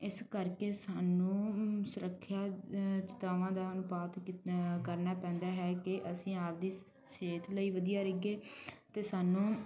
ਇਸ ਕਰਕੇ ਸਾਨੂੰ ਸੁਰੱਖਿਆ ਜਗ੍ਹਾਵਾਂ ਦਾ ਅਨੁਪਾਤ ਕੀਤ ਕਰਨਾ ਪੈਂਦਾ ਹੈ ਕਿ ਅਸੀਂ ਆਪਣੀ ਸਿਹਤ ਲਈ ਵਧੀਆ ਰਹੀਏ ਅਤੇ ਸਾਨੂੰ